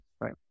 right